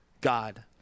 God